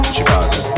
Chicago